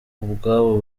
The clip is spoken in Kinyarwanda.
ubwabo